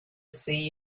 see